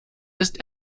ist